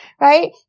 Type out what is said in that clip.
right